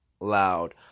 Loud